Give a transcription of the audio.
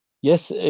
Yes